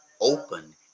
open